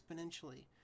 exponentially